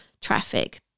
Traffic